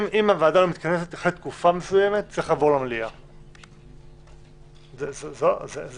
אם הוועדה לא מתכנסת אחרי תקופה מסוימת זה צריך לעבור למליאה.